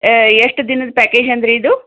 ಎಷ್ಟು ದಿನದ ಪ್ಯಾಕೇಜ್ ಅಂದಿರಿ ಇದು